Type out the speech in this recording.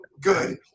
good